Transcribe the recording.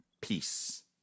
Peace